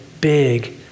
big